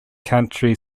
country